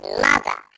mother